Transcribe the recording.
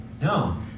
No